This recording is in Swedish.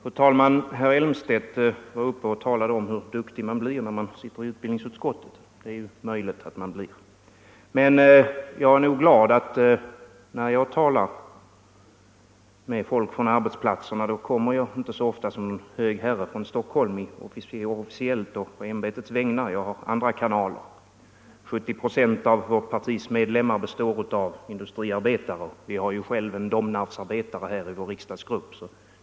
Fru talman! Herr Elmstedt var uppe och talade om hur duktig man blir när man sitter i utbildningsutskottet. Det är möjligt att man blir, men jag är nog glad att när jag talar med folk från arbetsplatserna kommer jag inte så ofta som hög herre från Stockholm, officiellt och på ämbetets vägnar. Jag har andra kanaler — 70 96 av vårt partis medlemmar utgörs av industriarbetare, och vi har en Domnarvsarbetare i vår riksdagsgrupp.